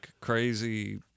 crazy